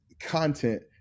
content